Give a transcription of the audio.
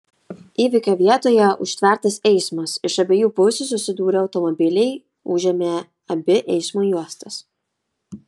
įvykio vietoje užtvertas eismas iš abiejų pusių susidūrė automobiliai užėmė abi eismo juostas